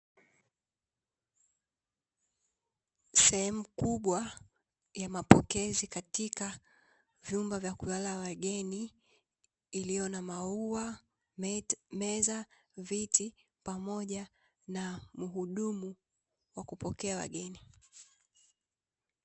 Sehemu kubwa ya mapokezi katika vyumba vya kulala wageni, iliyo na maua, meza, viti, pamoja na mhudumu wa kupokea wageni.